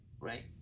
right